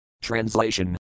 Translation